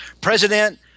President –